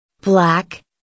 Black